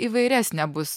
įvairesnė bus